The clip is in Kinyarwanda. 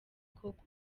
koko